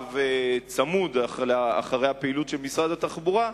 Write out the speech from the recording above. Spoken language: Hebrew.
מעקב צמוד אחרי הפעילות של משרד התחבורה,